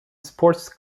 sports